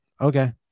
okay